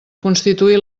constituir